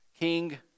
King